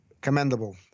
commendable